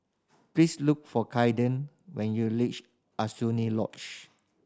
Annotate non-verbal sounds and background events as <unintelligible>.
please look for Kayden when you reach <unintelligible> Lodge